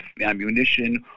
ammunition